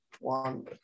one